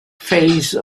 phase